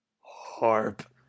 Harp